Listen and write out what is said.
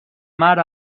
mar